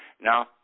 Now